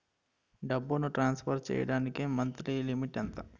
డబ్బును ట్రాన్సఫర్ చేయడానికి monthly limit ఎంత?